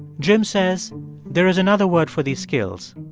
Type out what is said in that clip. jim says there is another word for these skills